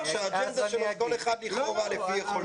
האג'נדה שלו לכאורה כל אחד לפי יכולתו.